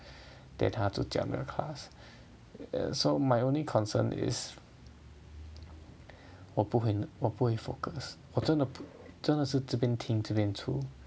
对他就讲 the class err so my only concern is 我不会我不会 focus 我真的真的是这边听这边出